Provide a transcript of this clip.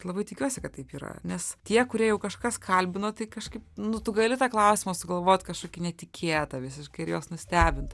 labai tikiuosi kad taip yra nes tie kurie jau kažkas kalbino tai kažkaip nu tu gali tą klausimą sugalvot kažkokį netikėtą visiškai ir juos nustebint